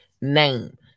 name